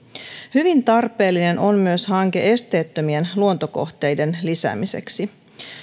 hyvin tarpeellinen on myös hanke esteettömien luontokohteiden lisäämiseksi